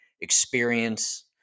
experience